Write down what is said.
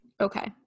Okay